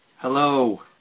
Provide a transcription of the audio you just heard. Hello